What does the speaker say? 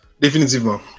Définitivement